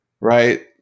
Right